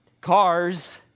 cars